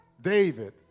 David